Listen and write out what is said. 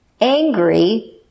angry